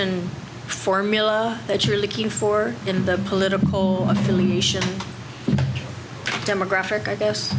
n formula that you're looking for in the political affiliation demographic i guess